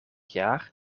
jaar